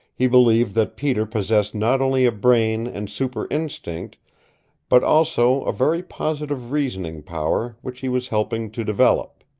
he believed that peter possessed not only a brain and super-instinct, but also a very positive reasoning power which he was helping to develop.